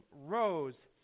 rose